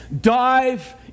Dive